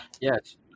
Yes